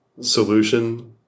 solution